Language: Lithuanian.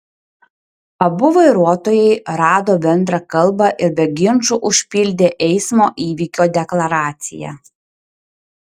abu vairuotojai rado bendrą kalbą ir be ginčų užpildė eismo įvykio deklaraciją